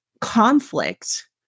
conflict